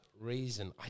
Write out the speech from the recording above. Reason